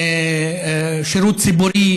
שירות ציבורי,